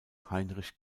heinrich